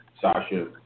Sasha